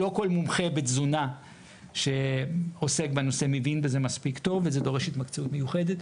מומחה בתזונה שעוסק בנושא מבין בזה מספיק טוב וזה דורש התמקצעות מיוחדת.